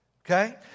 Okay